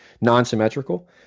non-symmetrical